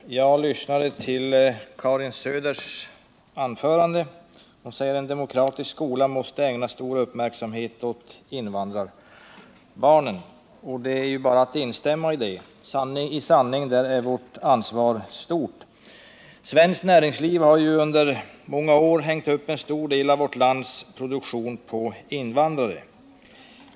Herr talman! Jag lyssnade till Karin Söders anförande, där hon sade att en demokratisk skola måste ägna stor uppmärksamhet åt invandrarbarnen. Det är bara att instämma i det. I sanning är vårt ansvar där stort. Svenskt näringsliv har ju under många år hängt upp en stor del av vår produktion på invandrare.